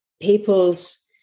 people's